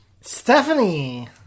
Stephanie